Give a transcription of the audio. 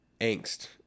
angst